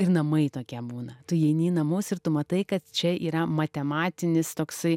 ir namai tokie būna tu įeini į namus ir tu matai kad čia yra matematinis toksai